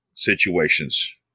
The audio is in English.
situations